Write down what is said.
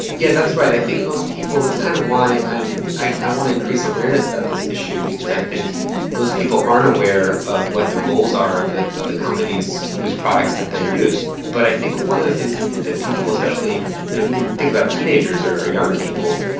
yeah that's right. i think most people, that's kind of why i i want to increase awareness about this issue, because i think most people aren't aware of what the goals are of the of the companies whose products that they use. but i think one of the things that that people, you know even think about teenagers or or younger people,